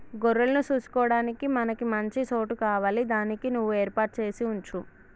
గొర్రెలను సూసుకొడానికి మనకి మంచి సోటు కావాలి దానికి నువ్వు ఏర్పాటు సేసి వుంచు